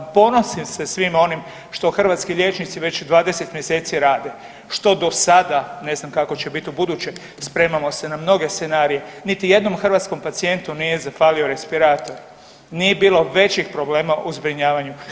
Ponosim se svime onim što hrvatski liječnici već 20 mjeseci rade, što do sada, ne znam kako će bit ubuduće, spremamo se na mnoge scenarije, niti jednom hrvatskom pacijentu nije zafalio respirator, nije bilo većeg problema u zbrinjavanju.